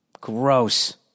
Gross